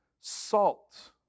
salt